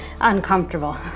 uncomfortable